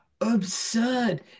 absurd